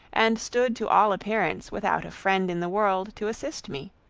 and stood to all appearance without a friend in the world to assist me.